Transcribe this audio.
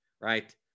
right